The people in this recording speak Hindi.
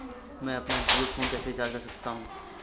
मैं अपना जियो फोन कैसे रिचार्ज कर सकता हूँ?